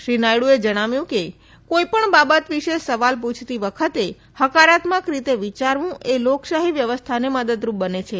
શ્રી નાયડુએ જણાવ્યું હતું કે કોઇપણ બાબત વિશે સવાલ પુછતી વખતે પણ હકારાત્મક રીતે વિયારવુ એ લોકશાહી વ્યવસ્થાને મદદરૂપ બને છે